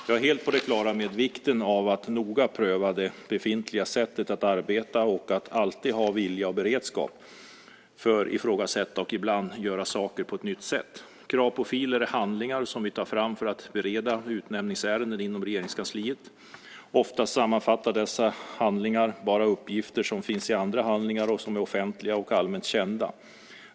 Jag är helt på det klara med vikten av att noga pröva det befintliga sättet att arbeta och att alltid ha vilja och beredskap för att ifrågasätta och ibland göra saker på ett nytt sätt. Kravprofiler är handlingar som vi tar fram för att bereda utnämningsärenden inom Regeringskansliet. Oftast sammanfattar dessa handlingar bara uppgifter som finns i andra handlingar och som är offentliga och allmänt kända.